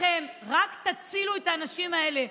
רק תצילו את האנשים האלה,